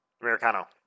Americano